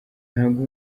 ntago